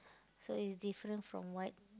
so it's different from what